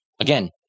Again